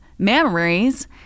mammaries